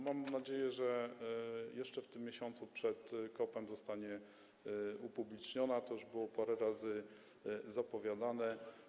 Mam nadzieję, że jeszcze w tym miesiącu, przed COP, zostanie upubliczniona, co już parę razy było zapowiadane.